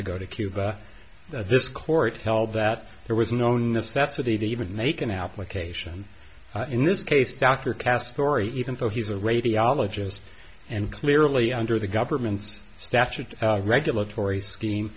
to go to cuba that this court held that there was no necessity to even make an application in this case dr kass story even though he's a radiologist and clearly under the government's statute regulatory scheme